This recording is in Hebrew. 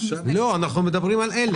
לא, אנחנו מדברים על אלה.